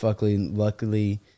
luckily